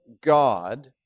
God